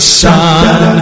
sun